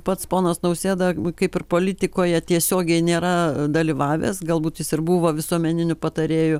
pats ponas nausėda kaip ir politikoje tiesiogiai nėra dalyvavęs galbūt jis ir buvo visuomeniniu patarėju